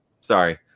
Sorry